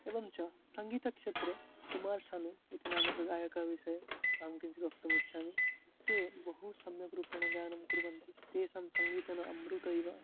एवं च सङ्गीतक्षेत्रे कुमार्सनु इति नामकः गायकस्य विषये अहं किञ्चित् वक्तुम् इच्छामि ते बहु सम्यक् रूपेण गायनं कुर्वन्ति तेषां सङ्गीतेन अमृतैव